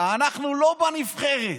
אנחנו לא בנבחרת.